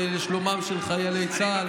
ולשלומם של חיילי צה"ל.